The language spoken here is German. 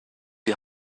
die